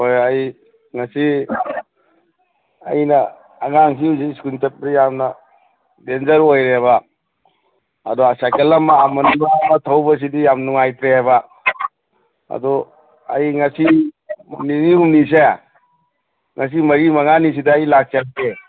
ꯍꯣꯏ ꯑꯩ ꯉꯁꯤ ꯑꯩꯅ ꯑꯉꯥꯡꯁꯤꯡꯁꯤ ꯁ꯭ꯀꯨꯜ ꯆꯠꯄꯗ ꯌꯥꯝꯅ ꯗꯦꯟꯖꯔ ꯑꯣꯏꯔꯦꯕ ꯑꯗꯣ ꯁꯥꯏꯀꯜ ꯑꯃ ꯑꯃꯟꯕ ꯑꯃ ꯊꯧꯕꯁꯤꯗꯤ ꯌꯥꯝ ꯅꯨꯡꯉꯥꯏꯇ꯭ꯔꯦꯕ ꯑꯗꯣ ꯑꯩ ꯉꯁꯤ ꯅꯤꯅꯤ ꯍꯨꯝꯅꯤꯁꯦ ꯉꯁꯤ ꯃꯔꯤ ꯃꯉꯥꯅꯤꯁꯤꯗ ꯑꯩ ꯂꯥꯛꯆꯔꯒꯦ